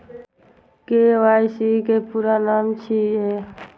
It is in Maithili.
के.वाई.सी के पूरा नाम की छिय?